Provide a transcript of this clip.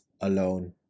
alone